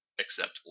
acceptable